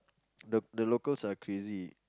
the the locals are crazy